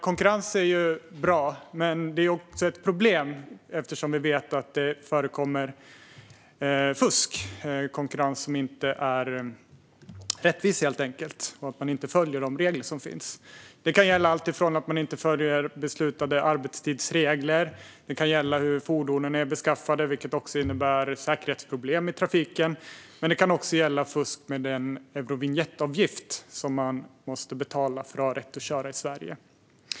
Konkurrens är bra, men vi vet att det förekommer fusk och konkurrens som inte är rättvis, vilket är ett problem. Det handlar om att man inte följer de regler som finns, och det kan gälla alltifrån att man inte följer beslutade arbetstidsregler till hur fordonen är beskaffade - vilket även betyder säkerhetsproblem i trafiken. Det kan också gälla fusk med Eurovinjettavgiften, som man måste betala för att ha rätt att köra i Sverige.